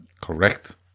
Correct